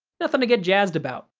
nothing to get jazzed about.